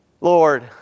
Lord